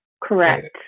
Correct